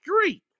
street